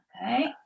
okay